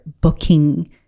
booking